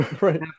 right